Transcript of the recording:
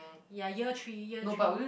ya year three year three